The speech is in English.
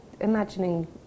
imagining